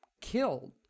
killed